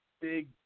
big